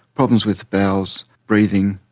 problems with bowels, breathing,